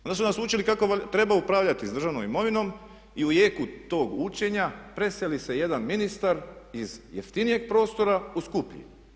Onda su nas učili kako treba upravljati s državnom imovinom i u jeku tog učenja preseli se jedan ministar iz jeftinijeg prostora u skuplji.